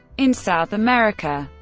in south america,